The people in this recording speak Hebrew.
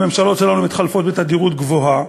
הממשלות שלנו מתחלפות בתדירות גבוהה,